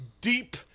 deep